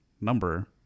number